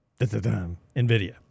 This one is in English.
NVIDIA